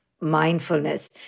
mindfulness